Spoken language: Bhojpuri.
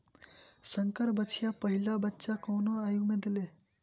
संकर बछिया पहिला बच्चा कवने आयु में देले?